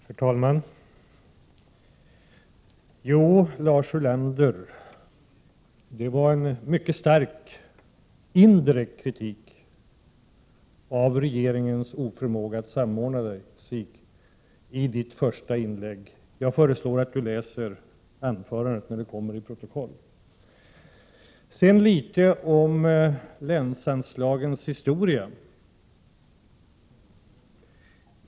Herr talman! Jo, Lars Ulander, det var en mycket stark indirekt kritik av regeringens oförmåga att samordna det som fanns i första inlägget. Jag föreslår, herr talman, att Lars Ulander läser anförandet när det kommer i protokollet. Så litet om länsanslagens historia.